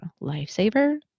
lifesaver